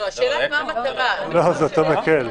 לא, זה יותק מקל.